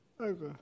Okay